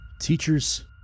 Teachers